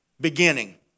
beginning